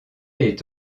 est